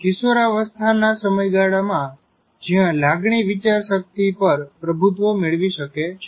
કિશોાવસ્થાના સમયગાળામાં જ્યાં લાગણી વિચારશક્તિ પર પ્રભુત્વ મેળવી શકે છે